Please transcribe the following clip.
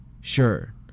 Sure